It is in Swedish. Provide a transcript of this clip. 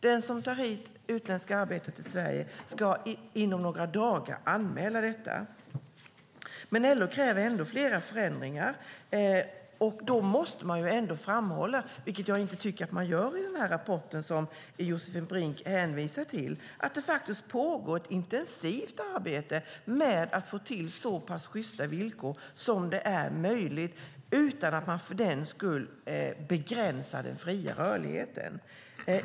Den som tar utländska arbetare till Sverige ska anmäla detta inom några dagar. Men LO kräver ändå flera förändringar. Då måste jag ändå framhålla - vilket jag tycker inte görs i den rapport som Josefin Brink hänvisar till - att det pågår ett intensivt arbete med att få till så sjysta villkor som möjligt utan att man för den skull begränsar den fria rörligheten.